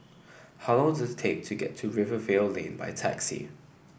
how long does it take to get to Rivervale Lane by taxi